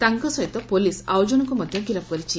ତାଙ୍କ ସହିତ ପୁଲିସ ଆଉ କଣଙ୍କୁ ମଧ୍ଧ ଗିରଫ କରିଛି